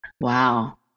Wow